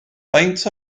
faint